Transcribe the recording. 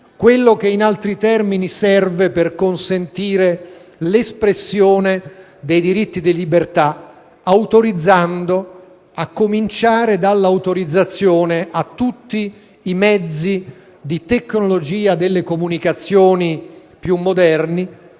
quello che, in altri termini, serve per consentire l'espressione dei diritti di libertà, a cominciare dall'autorizzazione ad utilizzare tutti i mezzi di tecnologia delle comunicazioni più moderni,